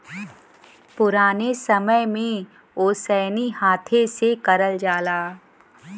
पुराने समय में ओसैनी हाथे से करल जाला